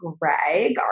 Greg